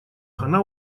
она